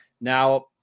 now